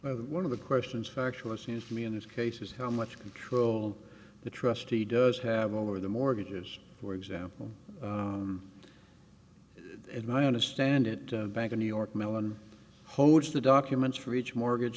that one of the questions factual seems to me in this case is how much control the trustee does have over the mortgages for example and i understand it back to new york mellon holds the documents for each mortgage